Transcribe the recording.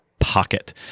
pocket